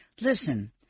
Listen